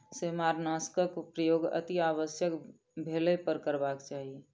सेमारनाशकक प्रयोग अतिआवश्यक भेलहि पर करबाक चाही